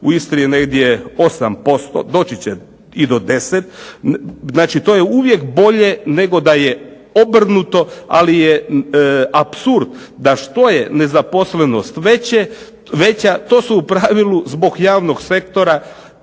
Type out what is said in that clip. U Istri je negdje 8%, doći će i do 10, znači to je uvijek bolje nego da je obrnuto ali je apsurd da što je nezaposlenost veća to su u pravilu zbog javnog sektora